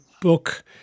book